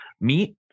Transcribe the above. meet